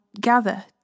gather